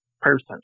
person